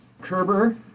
Kerber